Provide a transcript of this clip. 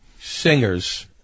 singers